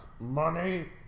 money